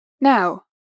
Now